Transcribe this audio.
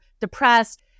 depressed